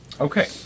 Okay